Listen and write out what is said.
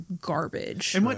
garbage